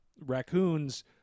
raccoons